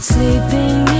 Sleeping